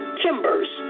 timbers